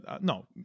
No